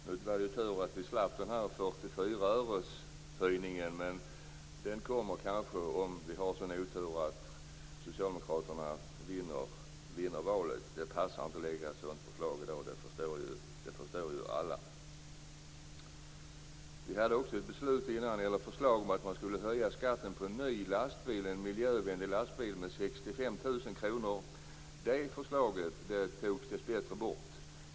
Det var ju tur att man slapp den här 44-öreshöjningen, men den kommer kanske om vi har sådan otur att Socialdemokraterna vinner valet. Men det passar ju inte att lägga fram ett sådant förslag i dag, det förstår ju alla. Det fanns ett förslag om att höja skatten på en ny och miljövänlig lastbil med 65 000 kr. Det togs dessbättre tillbaka.